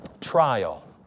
trial